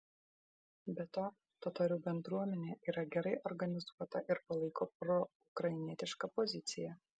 be to totorių bendruomenė yra gerai organizuota ir palaiko proukrainietišką poziciją